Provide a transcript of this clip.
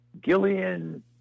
Gillian